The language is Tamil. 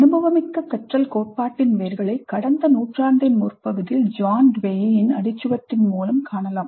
அனுபவமிக்க கற்றல் கோட்பாட்டின் வேர்களை கடந்த நூற்றாண்டின் முற்பகுதியில் John Deweyஇன் அடிச்சுவட்டில் மூலம் காணலாம்